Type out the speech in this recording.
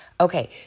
Okay